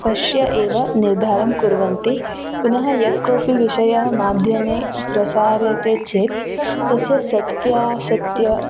पश्य एव निर्धारं कुर्वन्ति पुनः यः कोऽपि विषयः माध्यमे प्रसार्यते चेत् तस्य सत्यासत्य